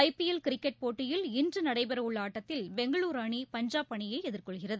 ஐ P L cricket போட்டியில் இன்று நடைபெறவுள்ள ஆட்டத்தில் பெங்களூரு அணி பஞ்சாப் அணியை எதிர்கொள்கிறது